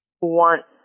want